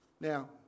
Now